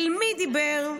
אל מי דיבר?